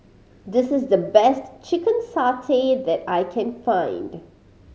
this is the best chicken satay that I can find